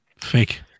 Fake